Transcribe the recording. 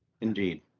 indeed